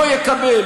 לא יקבל,